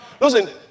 Listen